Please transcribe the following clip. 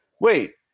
wait